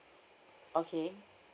okay